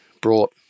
brought